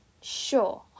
Sure